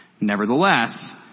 Nevertheless